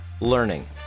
learning